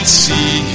see